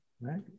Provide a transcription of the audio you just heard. Right